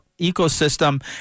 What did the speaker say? ecosystem